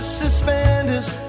suspenders